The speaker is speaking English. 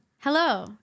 Hello